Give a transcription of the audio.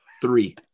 Three